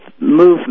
movement